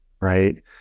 right